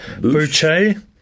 Boucher